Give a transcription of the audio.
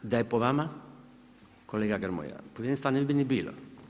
Da je po vama kolega Grmoja povjerenstva ne bi ni bilo.